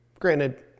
Granted